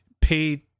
pay